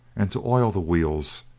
and to oil the wheels,